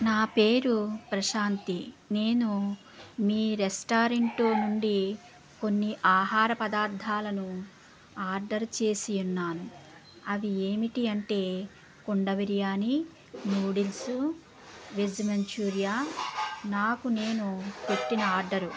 నా పేరు ప్రశాంతి నేను మీ రెస్టారెంటు నుండి కొన్ని ఆహార పదార్థాలను ఆర్డర్ చేసి ఉన్నాను అవి ఏమిటి అంటే కుండ బిర్యానీ నూడిల్స్ వెజ్ మంచూరియా నాకు నేను పెట్టిన ఆర్డర్